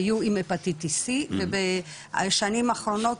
היו עם Hepatitis ובשנים האחרונות,